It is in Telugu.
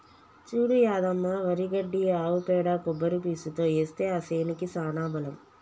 చూడు యాదమ్మ వరి గడ్డి ఆవు పేడ కొబ్బరి పీసుతో ఏస్తే ఆ సేనుకి సానా బలం